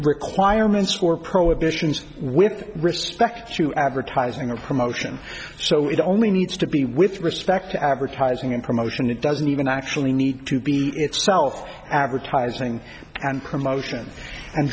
requirements for prohibitions with respect to advertising or promotion so it only needs to be with respect to advertising and promotion it doesn't even actually need to be itself advertising and promotion and